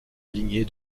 lignée